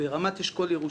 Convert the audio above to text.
ברמת אשכול ירושלים.